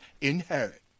inherit